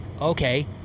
Okay